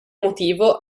motivo